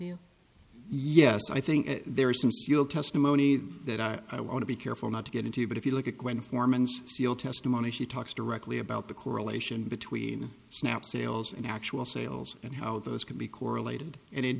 you yes i think there are some testimony that i want to be careful not to get into but if you look at when foreman's testimony she talks directly about the correlation between snap sales and actual sales and how those can be correlated and in